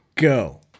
go